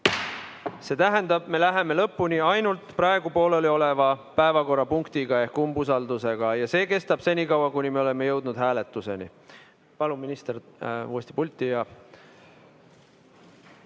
See tähendab, et me läheme lõpuni ainult praegu pooleli oleva päevakorrapunktiga ehk umbusaldusavaldusega ja see kestab senikaua, kuni me oleme jõudnud hääletuseni. Palun, minister, uuesti pulti!